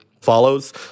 follows